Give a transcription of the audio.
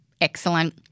excellent